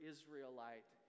Israelite